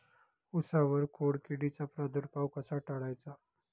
उसावर खोडकिडीचा प्रादुर्भाव कसा टाळायचा?